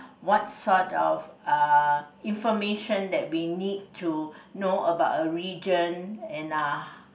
what sort of err information that we need to know about a region and uh